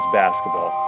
basketball